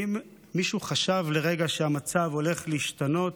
ואם מישהו חשב לרגע שהמצב הולך להשתנות,